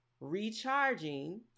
recharging